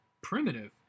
primitive